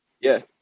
yes